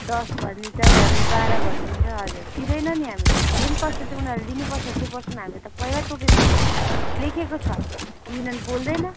दस भनिदिन्छ घरि बाह्र भनिदिन्छ हजुर दिँदैन नि हामीलाई जुन पर्सेन्टले उनीहरूले दिनुपर्छ त्यो पर्सेन्ट त हामीलाई पहिल्यै तोकेको हुन्छ लेखेको छ युनियन बोल्दैन